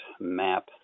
map